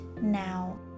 now